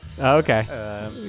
Okay